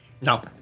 No